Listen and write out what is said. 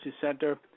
Center